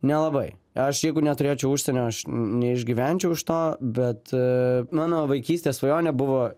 nelabai aš jeigu neturėčiau užsienio aš neišgyvenčiau iš to bet mano vaikystės svajonė buvo